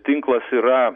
tinklas yra